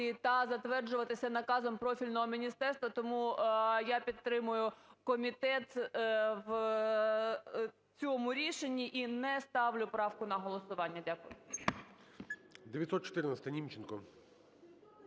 та затверджуватися наказом профільного міністерства. Тому я підтримую комітет в цьому рішенні і не ставлю правку на голосування. Дякую.